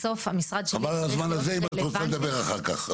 בסוף, המשרד שלי צריך להיות רלוונטי.